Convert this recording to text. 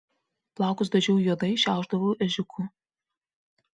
plaukus dažiau juodai šiaušdavau ežiuku